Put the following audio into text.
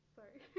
Sorry